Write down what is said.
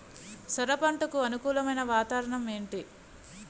సొర పంటకు అనుకూలమైన వాతావరణం ఏంటి?